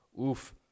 Oof